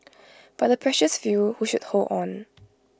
but A precious few who should hold on